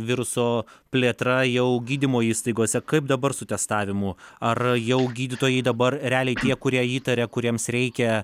viruso plėtra jau gydymo įstaigose kaip dabar su testavimu ar jau gydytojai dabar realiai tie kurie įtaria kuriems reikia